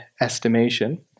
estimation